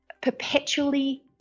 perpetually